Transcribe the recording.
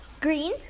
Green